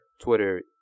Twitter